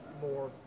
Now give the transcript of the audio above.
more